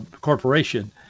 corporation